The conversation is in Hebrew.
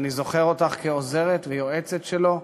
ואני זוכר אותך כעוזרת ויועצת שלו,